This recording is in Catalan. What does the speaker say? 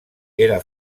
era